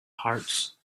hearts